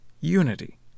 Unity